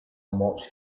much